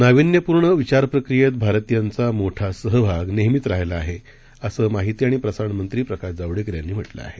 नावीन्यपूर्णविचारप्रक्रियेतभारतीयांचामोठासहभागनेहमीचराहिलाआहे असंमाहितीआणिप्रसारणमंत्रीप्रकाशजावडेकरयांनीम्हटलंआहे